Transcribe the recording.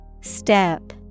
Step